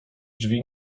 drzwi